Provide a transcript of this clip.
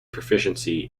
proficiency